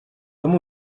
com